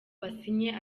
basinye